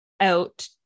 out